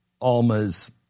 Alma's